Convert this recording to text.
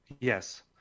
Yes